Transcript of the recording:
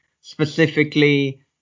specifically